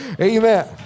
amen